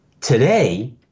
Today